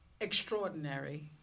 extraordinary